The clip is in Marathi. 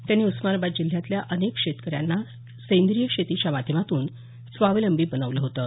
त्यांनी उस्मानाबाद जिल्ह्यातल्या अनेक शेतकऱ्यांना सेंद्रिय शेतीच्या माध्यमातून स्वावलंबी बनवलं होतं